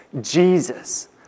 Jesus